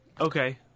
okay